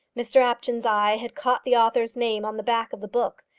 mr apjohn's eye had caught the author's name on the back of the book,